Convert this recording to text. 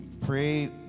Pray